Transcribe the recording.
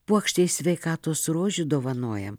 puokštę sveikatos rožių dovanojam